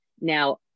Now